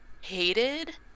hated